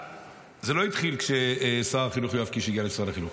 זה לא התחיל כששר החינוך יואב קיש הגיע למשרד החינוך,